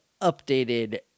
updated